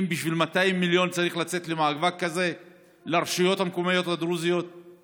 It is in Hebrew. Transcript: אם בשביל 200 מיליון לרשויות המקומיות הדרוזיות צריך לצאת למאבק הזה,